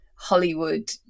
hollywood